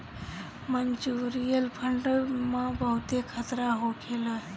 mutual fund में बहुते खतरा होखेला